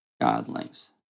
godlings